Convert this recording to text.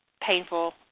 painful